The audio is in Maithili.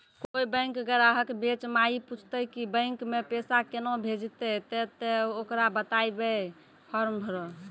कोय बैंक ग्राहक बेंच माई पुछते की बैंक मे पेसा केना भेजेते ते ओकरा बताइबै फॉर्म भरो